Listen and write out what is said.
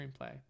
screenplay